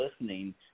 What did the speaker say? listening